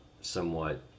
somewhat